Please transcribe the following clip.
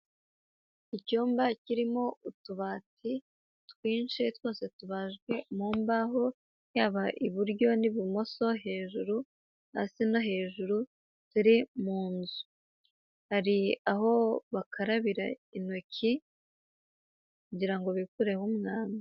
Icyumba kirimo utubati twinshi twose tubajwe mu mbaho, yaba iburyo n'ibumoso, hejuru, hasi no hejuru, turi mu nzu, hari aho bakarabira intoki kugira ngo bikureho umwanda.